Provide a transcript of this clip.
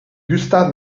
gustav